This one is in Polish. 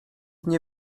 nie